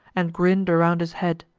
and grinn'd around his head,